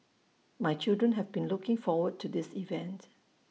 my children have been looking forward to this event